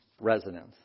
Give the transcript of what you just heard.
residents